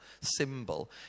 symbol